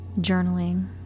journaling